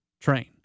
train